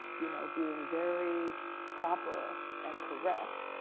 you know, being very proper and correct.